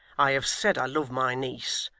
i have said i love my niece.